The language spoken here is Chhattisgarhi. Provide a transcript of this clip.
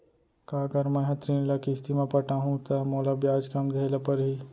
का अगर मैं हा ऋण ल किस्ती म पटाहूँ त मोला ब्याज कम देहे ल परही?